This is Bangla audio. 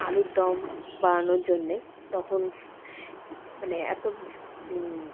আলুর দম বানানোর জন্যে তখন মানে এতো